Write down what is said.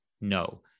No